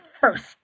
first